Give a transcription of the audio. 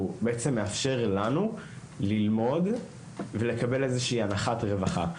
הוא מאפשר לנו ללמוד ולקבל איזושהי אנחת רווחה,